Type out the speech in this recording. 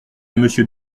monsieur